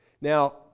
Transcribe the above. Now